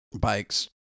bikes